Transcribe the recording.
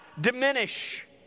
diminish